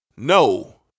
No